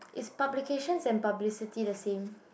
is publication and publicity the same